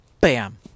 Bam